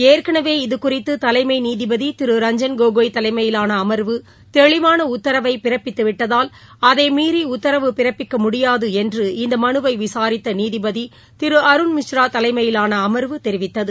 ஏற்கனவே இது குறித்து தலைமை நீதிபதி திரு ரஞ்ஜன் கோகோய் தலைமையிலான அமாவு தெளிவான உத்தரவை பிறப்பித்துவிட்டதால் அதை மீறி உத்தரவு பிறப்பிக்க முடியாது என்று இந்த மனுவை விசாரித்த நீதிபதி திரு அருண்மிஸ்ரா தலைமையிலான அமா்வு தெரிவித்தது